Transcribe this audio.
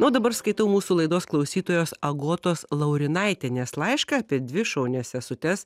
na o dabar skaitau mūsų laidos klausytojos agotos laurinaitienės laišką apie dvi šaunias sesutes